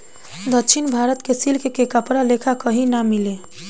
दक्षिण भारत के सिल्क के कपड़ा लेखा कही ना मिले